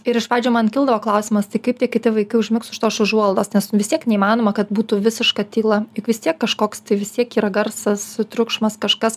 ir iš pradžių man kildavo klausimas tik kaip tie kiti vaikai užmigs už tos užuolaidos nes vis tiek neįmanoma kad būtų visiška tyla juk vis tiek kažkoks tai vis tiek yra garsas triukšmas kažkas